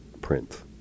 print